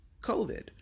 COVID